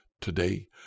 Today